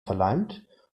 verleimt